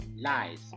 lies